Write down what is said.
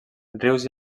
rius